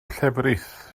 llefrith